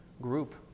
group